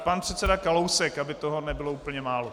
Pan předseda Kalousek, aby toho nebylo úplně málo.